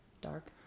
dark